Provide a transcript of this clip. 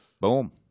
Boom